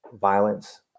violence